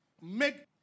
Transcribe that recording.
make